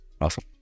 Awesome